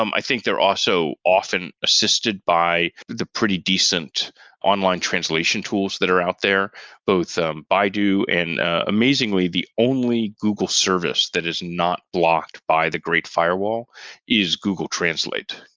um i think they're also often assisted by the pretty decent online translation tools that are out there both um baidu, and amazingly the only google service that is not blocked by the great firewall is google translate.